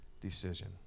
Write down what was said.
Decision